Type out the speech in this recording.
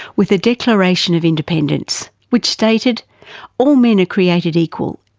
with the declaration of independence, which stated all men are created equal,